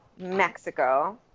Mexico